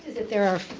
that there are,